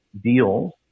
deals